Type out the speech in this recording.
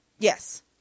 Yes